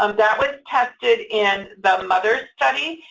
um that was tested in the mother's study,